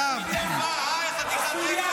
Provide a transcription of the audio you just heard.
בית חולים שהוא --- טרור.